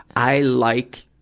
i like